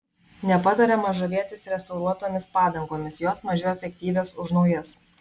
nepatariama žavėtis restauruotomis padangomis jos mažiau efektyvios už naujas